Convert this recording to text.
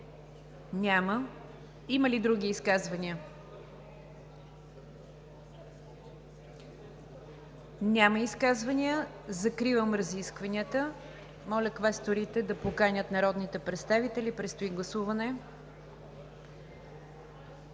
Няма. Има ли други изказвания? Няма. Закривам разискванията. Моля квесторите да поканят народните представители – предстои гласуване.